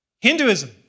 Hinduism